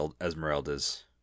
Esmeralda's